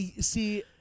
See